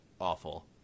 awful